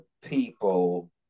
people